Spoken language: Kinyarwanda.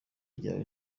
ryawe